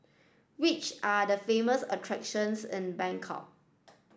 which are the famous attractions in Bangkok